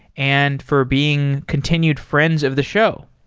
and for being continued friends of the show.